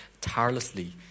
tirelessly